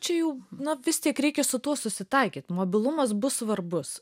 čia jau na vis tik reikia su tuo susitaikyt mobilumas bus svarbus